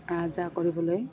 আহযাহ কৰিবলৈ